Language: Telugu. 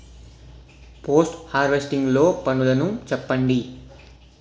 పోస్ట్ హార్వెస్టింగ్ లో పనులను చెప్పండి?